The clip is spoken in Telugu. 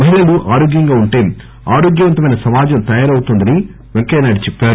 మహిళలు ఆరోగ్యంగా వుంటే ఆరోగ్యవంతమైన సమాజం తయారౌతుందని పెంకయ్యనాయుడు అన్నారు